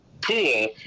pool